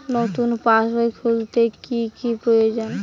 নতুন পাশবই খুলতে কি কি প্রয়োজন?